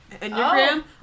enneagram